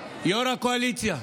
יו"ר הקואליציה.